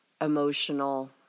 emotional